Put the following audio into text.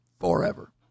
forever